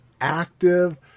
active